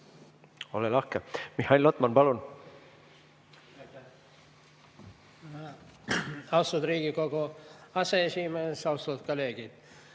Ole lahke! Mihhail Lotman, palun!